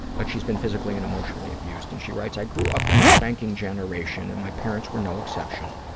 but she's been physically and emotionally abused, and she writes, i grew up in the spanking generation and my parents were no exception.